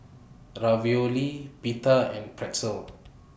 Ravioli Pita and Pretzel